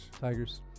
Tigers